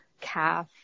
calf